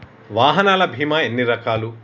వాహనాల బీమా ఎన్ని రకాలు?